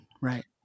Right